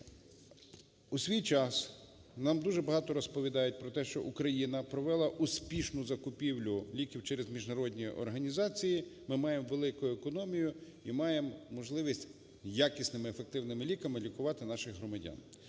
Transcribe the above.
У свій час нам дуже багато розповідають про те, що Україна провела успішну закупівлю ліків через міжнародні організації, ми маємо велику економію і маємо можливість якісними, ефективними ліками лікувати наших громадян.